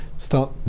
start